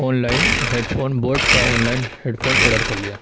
اون line headphone Boat کا online headphone order کر لیا